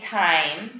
time